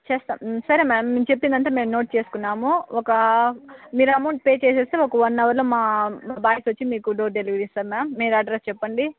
చేస్తా సరే మ్యామ్ మీరు చెప్పింది అంతా మేము నోట్ చేసుకున్నాం ఒక మీరు అమౌంట్ పే చేసేస్తే ఒక వన్ హావర్లో మా బాయ్స్ వచ్చి మీకు డోర్ డెలివరీ చేస్తారు మ్యామ్ మీరు అడ్రస్ చెప్పండి